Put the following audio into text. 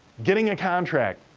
getting a contract.